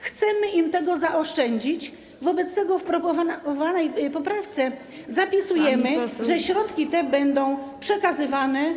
Chcemy im tego zaoszczędzić, wobec tego w proponowanej poprawce zapisujemy, że środki te będą przekazywane.